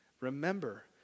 Remember